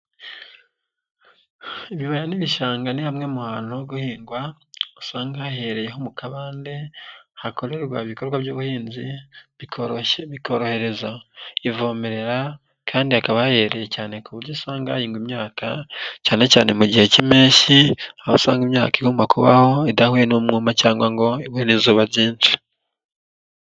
Ibibaya n'ibishanga ni hamwe mu hantu ho guhingwa, usanga hahehereyeho mu kabande, hakorerwa ibikorwa by'ubuhinzi, biroshye bikorohereza ivomerera kandi hakaba hahehereye cyane ku buryo usanga hahingwa imyaka cyanecyane mu gihe k'impeshyi, aho usanga imyaka igomba kubaho idahuye n'umwuma cyangwa ngo igwe n'izuba ryinshi.